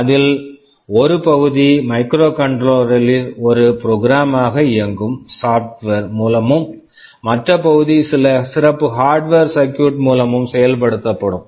அதில் ஒரு பகுதி மைக்ரோகண்ட்ரோலரில் ஒரு ப்ரொக்ராமாக program இயங்கும் சாப்ட்வேர் software மூலமும் மற்ற பகுதி சில சிறப்பு ஹார்ட்வர் hardware சர்க்கியூட் circuit மூலமும் செயல்படுத்தப்படும்